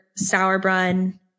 Sauerbrunn